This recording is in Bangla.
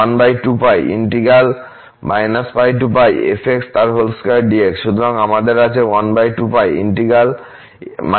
সুতরাং আমাদের আছে